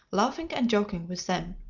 laughing and joking with them.